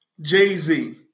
Jay-Z